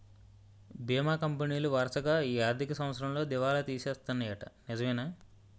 బీమా కంపెనీలు వరసగా ఈ ఆర్థిక సంవత్సరంలో దివాల తీసేస్తన్నాయ్యట నిజమేనా